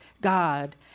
God